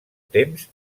temps